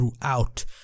throughout